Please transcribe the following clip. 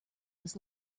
was